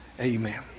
amen